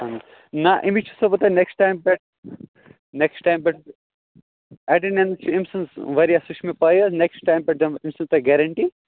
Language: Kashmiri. اَہَن حظ نہ أمِس چھُسو بہٕ تۄہہِ نٮ۪کٕسٹ ٹایم پٮ۪ٹھ نٮ۪کٕسٹ ٹایمہِ پٮ۪ٹھ ایٹینٛڈٮ۪نٕس چھِ أمۍ سٕنٛز واریاہ سُہ چھُ مےٚ پَیی حظ نٮ۪کٕسٹ ٹایم پٮ۪ٹھ دِمہٕ أمۍ سٕنٛز تۄہہِ گیرَنٹی